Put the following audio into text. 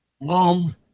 Mom